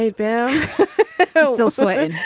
they're still sweating.